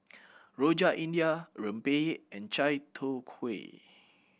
Rojak India rempeyek and chai tow kway